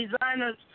designers